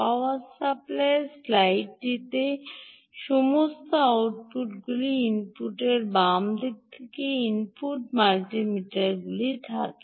পাওয়ার সাপ্লাইয়ের সাইডটি সমস্ত আউটপুটগুলি ইনপুটটির বাম দিকে ইনপুট মাল্টিমিটারগুলি থাকে